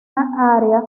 área